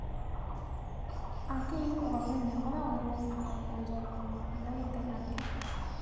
ᱟᱨᱠᱤ ᱚᱠᱟ ᱠᱚᱧ ᱧᱮᱞ ᱠᱟᱫᱟ ᱚᱱᱟ ᱠᱚᱜᱮ ᱞᱟᱹᱭ ᱟᱡᱚᱢ ᱞᱟᱹᱭ ᱫᱟᱹᱧ ᱟᱨᱠᱤ